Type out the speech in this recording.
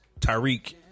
Tyreek